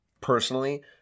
personally